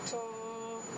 so